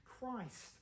Christ